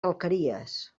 alqueries